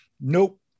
Nope